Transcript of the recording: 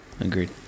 Agreed